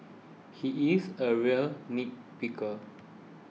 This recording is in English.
he is a real nitpicker